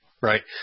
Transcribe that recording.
right